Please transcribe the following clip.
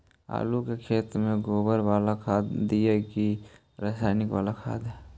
आलू के खेत में गोबर बाला खाद दियै की रसायन बाला खाद?